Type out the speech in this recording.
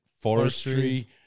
forestry